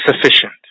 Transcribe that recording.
sufficient